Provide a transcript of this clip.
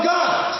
God